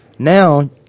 Now